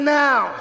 now